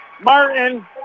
Martin